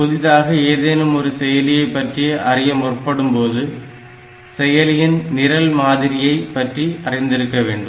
புதிதாக ஏதேனும் ஒரு செயலியை பற்றி அறிய முற்படும்போது செயலியின் நிரல் மாதிரியை பற்றி அறிந்திருக்க வேண்டும்